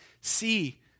see